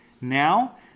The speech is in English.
Now